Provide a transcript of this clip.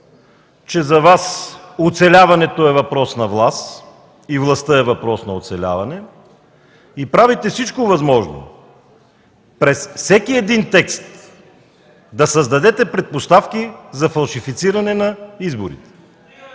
че за Вас оцеляването е въпрос на власт и властта е въпрос на оцеляване и правите всичко възможно през всеки текст да създадете предпоставки за фалшифициране на изборите